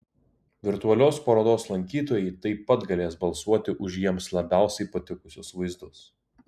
virtualios parodos lankytojai taip pat galės balsuoti už jiems labiausiai patikusius vaizdus